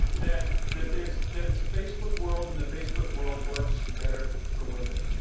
that that there is that it's a facebook world, and the facebook world works better for women